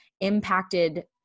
impacted